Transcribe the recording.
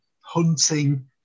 hunting